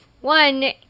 One